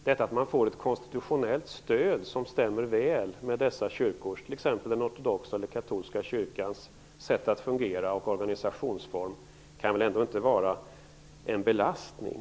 Detta att man får ett konstitutionellt stöd som väl stämmer med dessa kyrkors - den ortodoxa kyrkans eller den katolska kyrkans sätt att fungera och vara organiserad - kan väl inte vara en belastning.